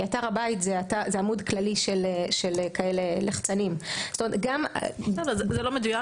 כי עמוד הבית זה עמוד כללי של לחצנים --- זה לא מדויק,